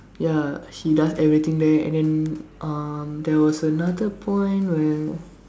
ya he does everything there and then um there was another point where